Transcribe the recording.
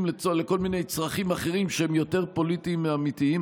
לכל מיני צרכים אחרים שהם יותר פוליטיים מאמיתיים,